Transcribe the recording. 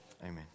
amen